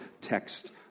text